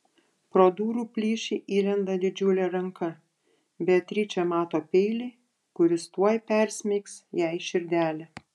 pro durų plyšį įlenda didžiulė ranka beatričė mato peilį kuris tuoj persmeigs jai širdelę